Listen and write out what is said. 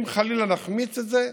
אם חלילה נחמיץ את זה,